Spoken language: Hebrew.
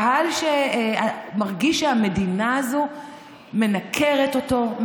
קהל שמרגיש שהמדינה הזו מנכרת אותו,